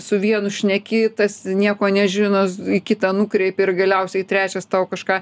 su vienu šneki tas nieko nežino į kitą nukreipi ir galiausiai trečias tau kažką